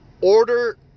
order